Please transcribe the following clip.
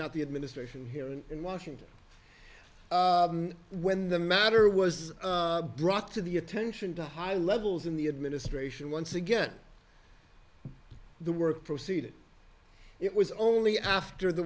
not the administration here in washington when the matter was brought to the attention to high levels in the administration once again the work proceeded it was only after the